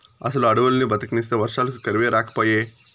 అసలు అడవుల్ని బతకనిస్తే వర్షాలకు కరువే రాకపాయే